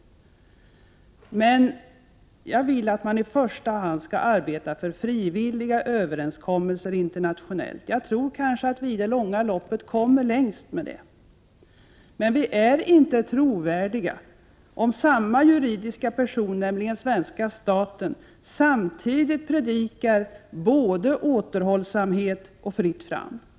Men jag vill att man internationellt i första hand skall arbeta för frivilliga överenskommelser. Jag tror att vi kanske i det långa loppet kommer längst med detta. Vi är inte trovärdiga om samma juridiska person, nämligen den svenska staten, predikar om både återhållsamhet och om fritt fram samtidigt.